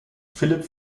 philipp